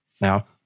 Now